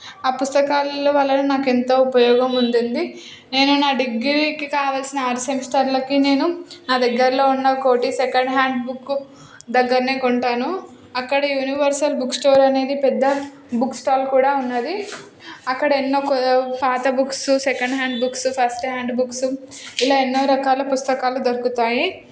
ఆ పుస్తకాల వల్లనే నాకెంతో ఉపయోగం ఉండింది నేను నా డిగ్రీకి కావాల్సిన ఆరు సెమిస్టర్లకి నేను నా దగ్గరలో ఉన్న కోటి సెకండ్ హ్యాండ్ బుక్కు దగ్గరనే కొంటాను అక్కడ యూనివర్సల్ బుక్ స్టోర్ అనేది పెద్ద బుక్ స్టాల్ కూడా ఉన్నది అక్కడ ఎన్నో పాత books second hand books first and books ఇలా ఎన్నో రకాల పుస్తకాలు దొరుకుతాయి